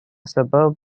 suburb